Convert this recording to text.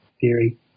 theory